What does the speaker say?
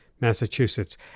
Massachusetts